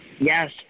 Yes